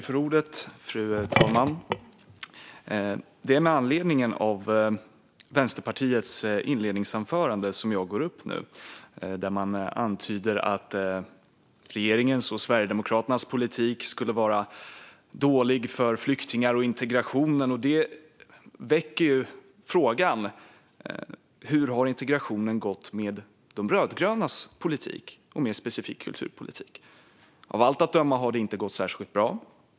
Fru talman! Det är med anledning av Vänsterpartiets inledningsanförande jag begär replik. Man antyder att regeringens och Sverigedemokraternas politik skulle vara dålig för flyktingar och för integrationen. Det väcker frågan: Hur har det gått med integrationen med de rödgrönas politik, mer specifikt kulturpolitik? Av allt att döma har det inte gått särskilt bra.